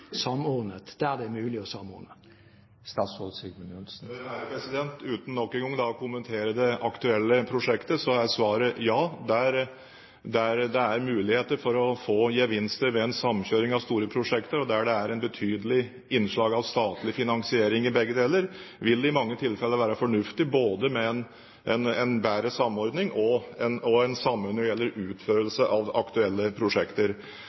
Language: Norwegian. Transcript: samordnet der det er mulig å samordne? Uten nok en gang å kommentere det aktuelle prosjektet er svaret: Ja, der det er muligheter for å få gevinster ved en samkjøring av store prosjekter, og der det er et betydelig innslag av statlig finansiering i begge deler, vil det i mange tilfeller være fornuftig med bedre samordning – det samme når det gjelder utførelse av aktuelle prosjekter.